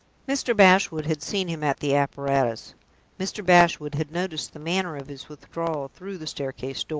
mr. bashwood had seen him at the apparatus mr. bashwood had noticed the manner of his withdrawal through the staircase door.